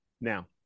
Now